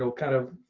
so kind of